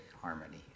harmony